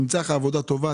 נמצא לך עבודה טובה.